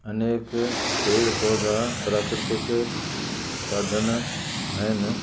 अनेक पेड़ पौधा प्राकृतिकु साधनु आहिनि